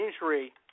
injury